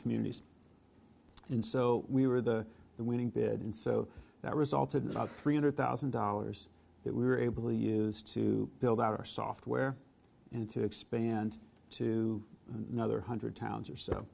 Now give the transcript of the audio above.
communities in so we were the the winning bid and so that resulted in about three hundred thousand dollars that we were able to use to build out our software and to expand to another hundred towns or so